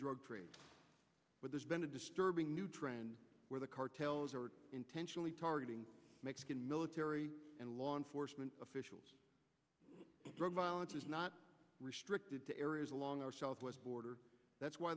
drug trade but there's been a disturbing new where the cartels are intentionally targeting mexican military and law enforcement officials drug violence is not restricted to areas along our southwest border that's why